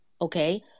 okay